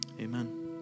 Amen